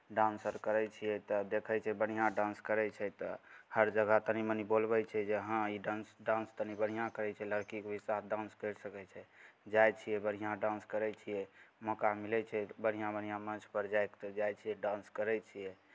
dance अर करै छियै तऽ देखै छै बढ़िआँ डान्स करै छै तऽ हर जगह तनि मनि बोलबै छै जे हँ ई डान्स डान्स कनि बढ़िआँ करै छै लड़कीके भी साथ डान्स करि सकै छै जाइ छियै बढ़िआँ डान्स करै छियै मौका मिलै छै तऽ बढ़िआँ बढ़िआँ मंचपर जायके तऽ जाइ छियै डान्स करै छियै